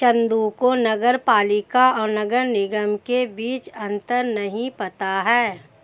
चंदू को नगर पालिका और नगर निगम के बीच अंतर नहीं पता है